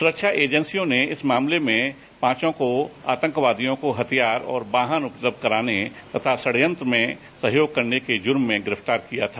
सुरक्षा एजेंसियों ने इस मामले में इन पांचों को आतंकवादियों को हथियार और वाहन उपलब्ध कराने तथा षड्यंत्र रचने में सहयोग करने के लिए जुर्म में गिरफ्तार किया था